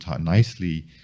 nicely